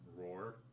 Roar